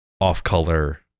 off-color